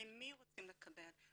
ממי רוצים לקבל,